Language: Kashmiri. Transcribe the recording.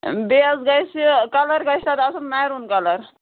بیٚیہِ حظ گَژھِ کَلَر گَژھِ تتھ آسُن میروٗن کَلَر